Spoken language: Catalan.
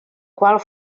qual